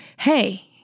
hey